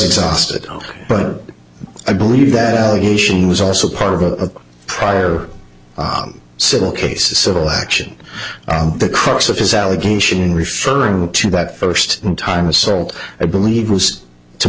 exhausted but i believe that allegation was also part of a prior civil case a civil action the crux of his allegation referring to that first time assault i believe was to